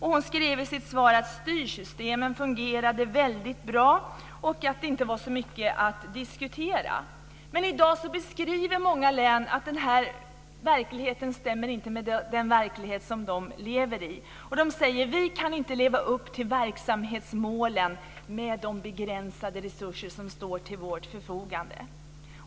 Hon skrev i sitt svar att styrsystemen fungerade väldigt bra och att det inte var så mycket att diskutera. Men i dag beskriver många län att detta inte stämmer överens med den verklighet som de lever i. De säger att de inte kan leva upp till verksamhetsmålen med de begränsade resurser som står till deras förfogande.